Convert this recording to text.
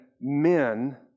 men